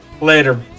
Later